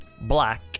black